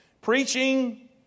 Preaching